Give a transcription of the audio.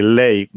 lei